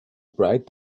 bright